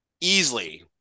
easily